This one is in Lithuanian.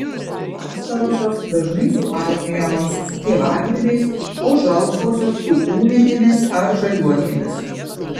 pastarosios dažnai supainiojamos su pievagrybiais o žalsvosios su ūmėdėmis ar žaliuokėmis